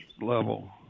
level